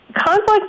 conflict